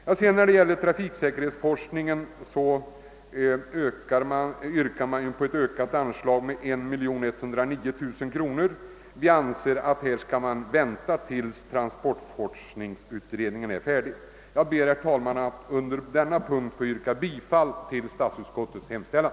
När det sedan gäller trafiksäkerhetsforskningen yrkar reservanterna på ett med 1109 000 kronor ökat anslag. Vi anser att man härvidlag skall vänta till dess att transportforskningsutredningen är färdig med sitt arbete. Jag ber, herr talman, att under denna punkt få yrka bifall till statsutskottets hemställan.